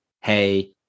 Hey